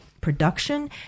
production